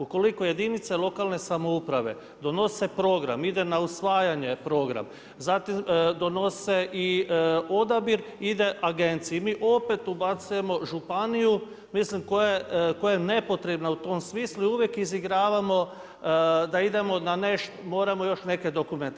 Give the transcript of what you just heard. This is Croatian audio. Ukoliko jedinice lokalne samouprave donose program, ide na usvajanje program, zatim donose i odabir, ide agenciji, mi opet ubacujemo županiju, koja nepotrebna u tom smislu i uvijek izigravamo, da idemo na još neke, moramo još neke dokumente.